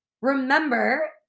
remember